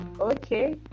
Okay